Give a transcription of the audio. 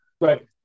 right